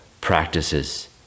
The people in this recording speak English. practices